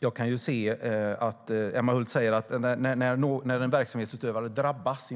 Emma Hult säger att det finns ersättningsmodeller när en verksamhetsutövare så att säga drabbas.